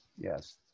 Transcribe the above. Yes